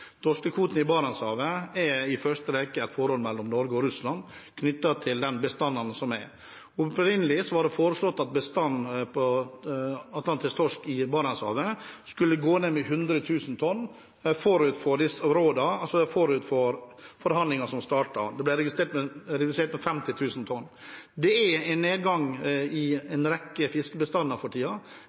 i Barentshavet er i første rekke et forhold mellom Norge og Russland knyttet til de bestandene som er. Opprinnelig var det foreslått at bestanden av atlantisk torsk i Barentshavet skulle gå ned med 100 000 tonn forut for forhandlingene som startet. Det ble redusert med 50 000 tonn. Det er en nedgang i en rekke fiskebestander for